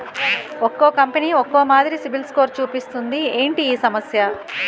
ఒక్కో కంపెనీ ఒక్కో మాదిరి సిబిల్ స్కోర్ చూపిస్తుంది ఏంటి ఈ సమస్య?